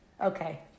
Okay